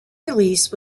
release